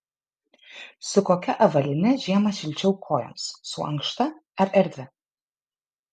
su kokia avalyne žiemą šilčiau kojoms su ankšta ar erdvia